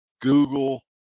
Google